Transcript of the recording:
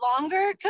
longer